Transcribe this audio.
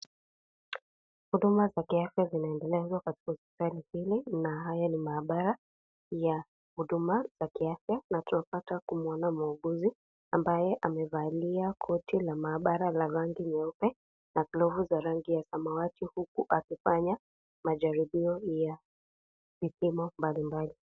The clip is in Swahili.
Huduma za kiafya zinaendelezwa katika hospitali hili na haya ni maabara ya huduma za kiafya na tunapata kumwona muuguzi ambaye amevalia koti la maabara la rangi nyeupe, na glovu za rangi za samawati huku akifanya majaribio ya mifumo mbalimbali.